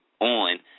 on